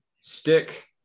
stick